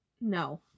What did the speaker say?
No